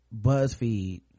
buzzfeed